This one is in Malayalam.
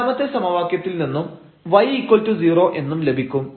രണ്ടാമത്തെ സമവാക്യത്തിൽ നിന്നും y0 എന്നും ലഭിക്കും